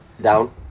down